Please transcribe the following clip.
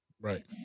Right